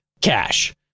cash